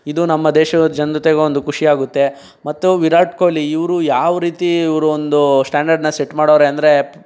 ಇದು ನಮ್ಮ ದೇಶದ ಜನತೆಗೊಂದು ಖುಷಿ ಆಗುತ್ತೆ ಮತ್ತು ವಿರಾಟ್ ಕೊಹ್ಲಿ ಇವರು ಯಾವ ರೀತಿ ಇವರು ಒಂದು ಸ್ಟಾಂಡರ್ಡ್ನ ಸೆಟ್ ಮಾಡವ್ರೆ ಅಂದರೆ